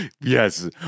yes